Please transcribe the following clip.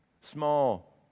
small